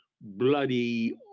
bloody